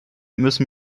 müssen